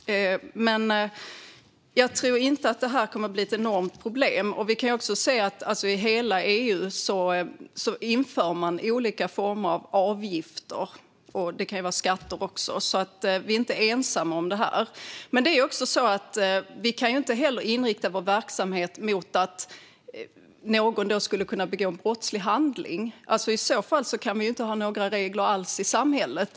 Jag tror inte att det här kommer att bli något enormt problem. Vi kan se att man i hela EU inför olika former av avgifter och skatter. Vi i Sverige är alltså inte ensamma om detta. Vi kan inte inrikta vår verksamhet på att någon skulle kunna begå en brottslig handling. I så fall skulle vi inte kunna ha några regler alls i samhället.